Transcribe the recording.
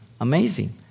Amazing